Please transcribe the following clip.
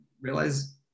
realize